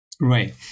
Right